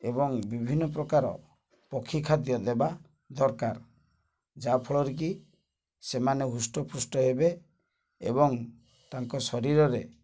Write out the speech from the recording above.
ଏବଂ ବିଭିନ୍ନ ପ୍ରକାର ପକ୍ଷୀ ଖାଦ୍ୟ ଦେବା ଦରକାର ଯାହାଫଳରେ କି ସେମାନେ ହୃଷ୍ଟପୃଷ୍ଟ ହେବେ ଏବଂ ତାଙ୍କ ଶରୀରରେ